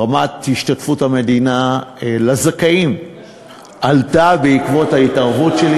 רמת השתתפות המדינה לזכאים עלתה בעקבות ההתערבות שלי.